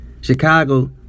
Chicago